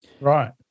Right